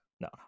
No